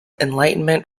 enlightenment